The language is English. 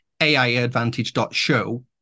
AIadvantage.show